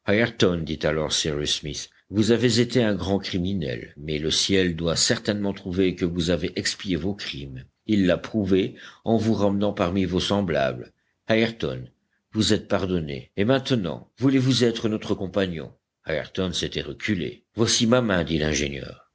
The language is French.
dit alors cyrus smith vous avez été un grand criminel mais le ciel doit certainement trouver que vous avez expié vos crimes il l'a prouvé en vous ramenant parmi vos semblables ayrton vous êtes pardonné et maintenant voulez-vous être notre compagnon ayrton s'était reculé voici ma main dit l'ingénieur